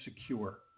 secure